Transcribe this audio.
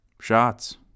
Shots